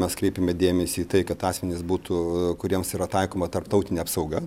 mes kreipiame dėmesį į tai kad asmenys būtų kuriems yra taikoma tarptautinė apsauga